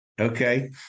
Okay